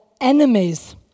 enemies